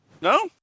No